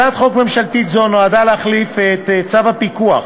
הצעת חוק ממשלתית זו נועדה להחליף את צו הפיקוח